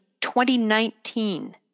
2019